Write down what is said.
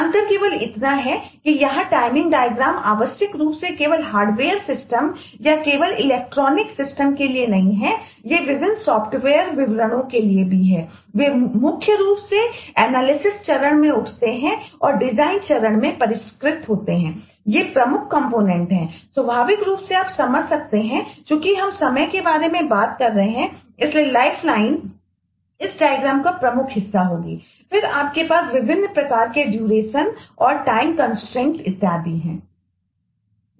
अंतर केवल इतना है कि यहाँ टाइमिंग डायग्राम इत्यादि है